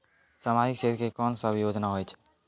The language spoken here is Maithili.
समाजिक क्षेत्र के कोन सब योजना होय छै?